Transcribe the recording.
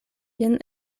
jen